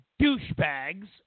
douchebags